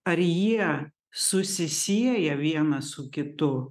ar jie susisieja vienas su kitu